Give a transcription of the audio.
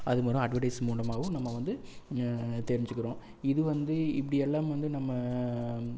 அதுமாதிரி அட்வெர்டைஸ் மூலமாவும் நம்ம வந்து தெரிஞ்சுக்கிறோம் இது வந்து இப்படி எல்லாம் வந்து நம்ம